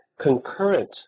concurrent